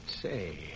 Say